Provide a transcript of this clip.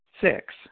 Six